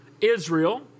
Israel